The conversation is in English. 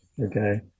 Okay